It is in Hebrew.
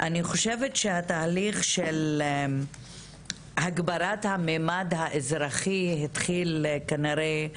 אני חושבת שהתהליך של הגברת המימד האזרחי התחיל כנראה,